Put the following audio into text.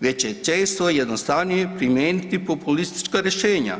već je često i jednostavnije primijeniti populistička rješenja.